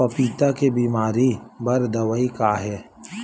पपीता के बीमारी बर दवाई का हे?